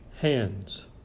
Hands